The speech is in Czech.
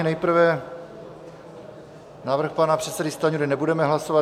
Nejprve návrh pana předsedy Stanjury, ten nebudeme hlasovat.